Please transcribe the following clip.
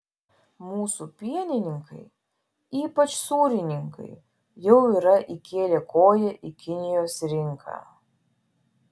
mūsų pienininkai ypač sūrininkai jau yra įkėlę koją į kinijos rinką